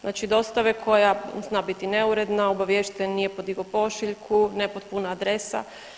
Znači dostave koja zna biti neuredna, obaviješteni nije podigao pošiljku, nepotpuna adresa.